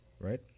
right